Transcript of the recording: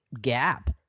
gap